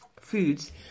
foods